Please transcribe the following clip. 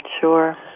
Sure